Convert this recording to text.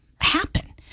happen